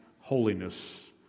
holiness